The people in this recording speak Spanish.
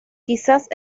quizás